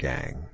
Gang